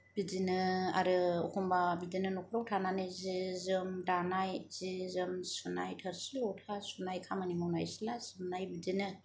बिदिनो आरो एखम्बा बिदिनो न'खराव थानानै जि जोम दानाय जि जोम सुनाय थोरसि लथा सुनाय खामानि मावनाय सिथ्ला सिबनाय बिदिनो